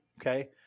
okay